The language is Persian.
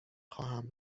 خواهم